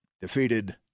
defeated